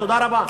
תודה רבה.